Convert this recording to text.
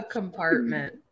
compartment